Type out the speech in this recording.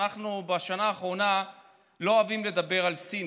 אנחנו בשנה האחרונה לא אוהבים לדבר על סין,